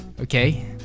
okay